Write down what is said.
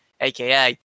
aka